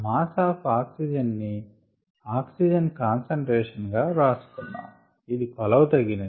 mass of oxygen ని oxygen concentration గా వ్రాసుకుందాము ఇది కొలవతగినది